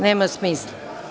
Nema smisla.